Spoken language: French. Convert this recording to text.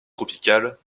tropicales